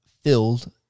filled